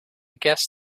guess